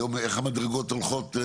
היום איך המדרגות הולכות?